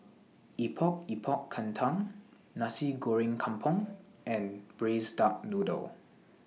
Epok Epok Kentang Nasi Goreng Kampung and Braised Duck Noodle